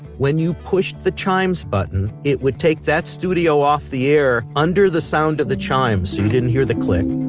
when you push the chimes button it would take that studio off the air under the sound of the chimes so you didn't hear the click